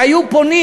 היו פונים,